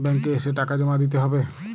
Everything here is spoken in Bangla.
ব্যাঙ্ক এ এসে টাকা জমা দিতে হবে?